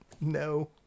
No